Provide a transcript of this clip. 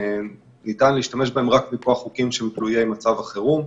שניתן להשתמש בהם רק מכוח חוקים שהם תלויי מצב החירום: